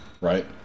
right